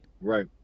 right